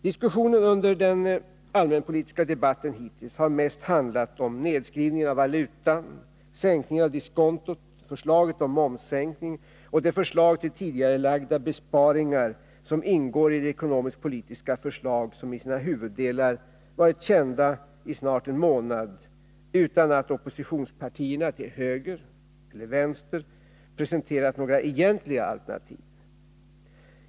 Diskussionen under den allmänpolitiska debatten hittills har mest handlat om nedskrivningen av valutan, sänkningen av diskontot, förslaget om momssänkning och de förslag till tidigarelagda besparingar som ingår i det ekonomisk-politiska förslag som i sina huvuddelar nu varit känt i snart en månad utan att oppositionspartierna till höger och vänster presenterat några egentliga alternativ.